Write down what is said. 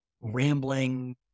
rambling